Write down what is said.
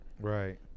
right